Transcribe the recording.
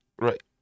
right